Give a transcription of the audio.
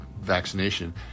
vaccination